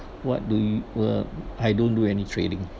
what do you uh I don't do any trading